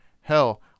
Hell